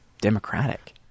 democratic